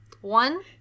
One